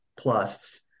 plus